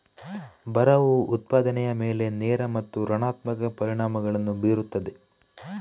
ಬರವು ಉತ್ಪಾದನೆಯ ಮೇಲೆ ನೇರ ಮತ್ತು ಋಣಾತ್ಮಕ ಪರಿಣಾಮಗಳನ್ನು ಬೀರುತ್ತದೆ